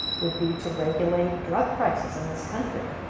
would be to regulate drug prices in this country.